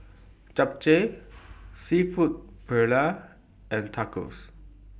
Japchae Seafood Paella and Tacos